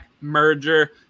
merger